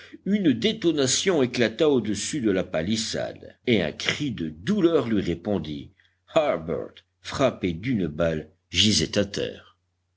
une détonation éclata au-dessus de la palissade et un cri de douleur lui répondit harbert frappé d'une balle gisait